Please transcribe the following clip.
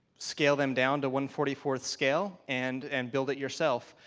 scale them down to one forty four scale and and build it yourself.